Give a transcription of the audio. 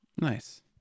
Nice